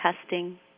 testing